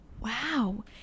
Wow